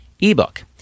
Ebook